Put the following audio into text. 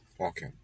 Okay